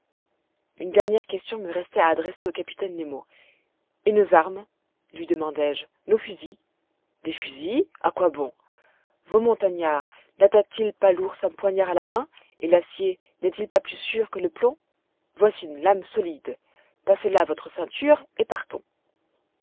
une dernière question me restait à adresser au capitaine nemo et nos armes lui demandai-je nos fusils des fusils à quoi bon vos montagnards nattaquent ils pas l'ours un poignard à la main et l'acier n'est-il pas plus sûr que le plomb voici une lame solide passez la à votre ceinture et partons